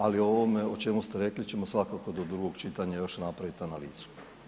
Ali o ovome o čemu ste rekli, ćemo svakako do drugog čitanja još napraviti analizu.